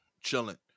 chilling